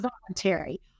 voluntary